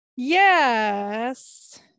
Yes